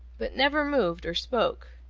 but never moved or spoke.